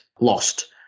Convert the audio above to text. lost